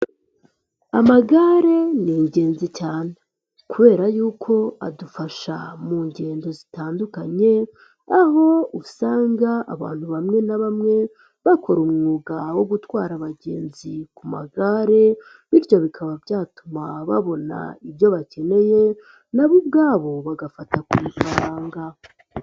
Amagare ni ingenzi cyane kubera yuko adufasha mu ngendo zitandukanye, aho usanga abantu bamwe na bamwe, bakora umwuga wo gutwara abagenzi ku magare, bityo bikaba byatuma babona ibyo bakeneye na bo ubwabo bagafata ku ifaranga.